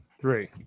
Three